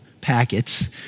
packets